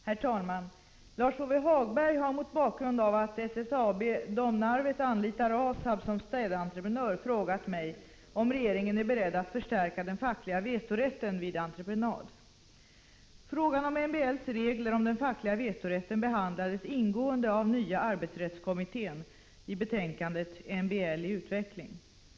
Herr talman! Lars-Ove Hagberg har mot bakgrund av att SSAB Domnarvet anlitar ASAB som städentreprenör frågat mig om regeringen är beredd att förstärka den fackliga vetorätten vid entreprenad. Frågan om MBL:s regler om den fackliga vetorätten behandlades ingående av nya arbetsrättskommittén i betänkandet MBL i utveckling.